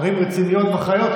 ערים רציניות ואחראיות,